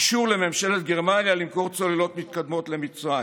אישור לממשלת גרמניה למכור צוללות מתקדמות למצרים,